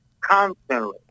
constantly